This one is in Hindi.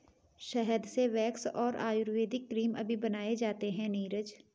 शहद से वैक्स और आयुर्वेदिक क्रीम अभी बनाए जाते हैं नीरज